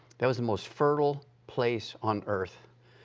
that was the most fertile place on earth.